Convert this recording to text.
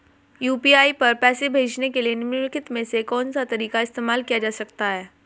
UPI पर पैसे भेजने के लिए निम्नलिखित में से कौन सा तरीका इस्तेमाल किया जा सकता है?